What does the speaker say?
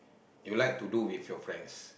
you like to do with your friends